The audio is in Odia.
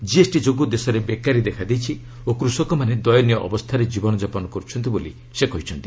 ଜିଏସ୍ଟି ଯୋଗୁଁ ଦେଶରେ ବେକାରୀ ଦେଖା ଦେଇଛି ଓ କୃଷକମାନେ ଦୟନୀୟ ଅବସ୍ଥାରେ ଜୀବନଯାପନ କର୍ତ୍ଥନ୍ତି ବୋଲି ସେ କହିଛନ୍ତି